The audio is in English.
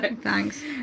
thanks